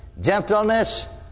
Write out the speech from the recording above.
gentleness